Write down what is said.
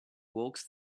walks